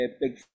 big